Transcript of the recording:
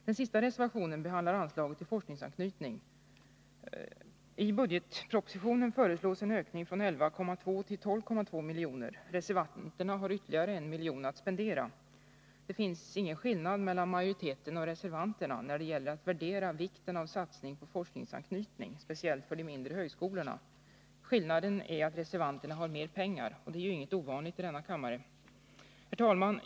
Den sista reservationen behandlar anslaget till forskningsanknytning. I budgetpropositionen föreslås en ökning från 11,2 till 12,2 milj.kr. Reservanterna har ytterligare 1 milj.kr. att spendera. Det finns ingen skillnad mellan majoriteten och reservanterna när det gäller att värdera vikten av satsning på forskningsanknytning, speciellt för de mindre högskolorna. Skillnaden är att reservanterna har mera pengar, och det är ju inget ovanligt i denna kammare. Herr talman!